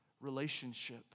relationship